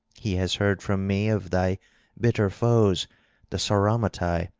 he has heard from me of thy bitter foes the sauromatae,